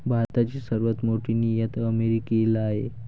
भारताची सर्वात मोठी निर्यात अमेरिकेला आहे